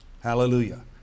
Hallelujah